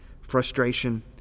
frustration